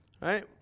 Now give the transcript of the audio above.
right